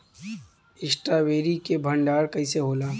Strawberry के भंडारन कइसे होला?